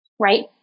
right